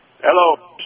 Hello